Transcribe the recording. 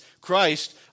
Christ